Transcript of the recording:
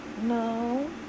No